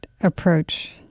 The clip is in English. approach